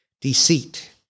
deceit